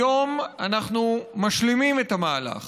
היום אנחנו משלימים את המהלך